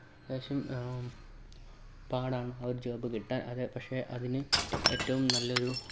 അത്യാവശ്യം പാടാണ് ആ ഒരു ജോബ് കിട്ടാൻ അത് പക്ഷെ അതിന് ഏറ്റവും നല്ലൊരു